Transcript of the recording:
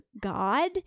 god